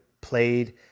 played